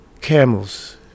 camels